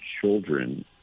children